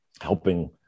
helping